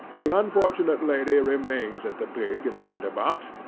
the unfortunate lady remains at the pig and tinder-box,